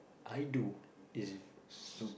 I do is s~